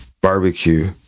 barbecue